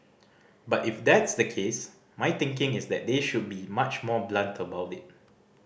but if that's the case my thinking is that they should be much more blunt about it